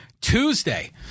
Tuesday